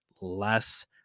less